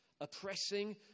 oppressing